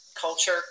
culture